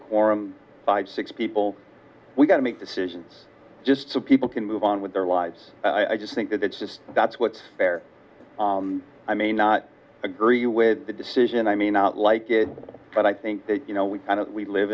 quorum five six people we've got to make decisions just so people can move on with their lives i just think that that's just that's what's there i may not agree with the decision i may not like it but i think that you know we